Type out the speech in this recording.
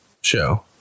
show